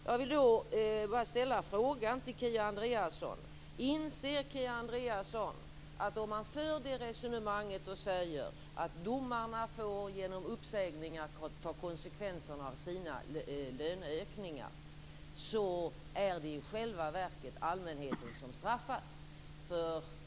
Jag vill då bara ställa frågan till Kia Andreasson: Inser Kia Andreasson att om man för det resonemanget och säger att domarna genom uppsägningar får ta konsekvenserna av sina löneökningar, är det i själva verket allmänheten som straffas?